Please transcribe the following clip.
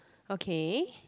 okay